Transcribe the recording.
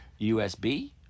USB